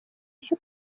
еще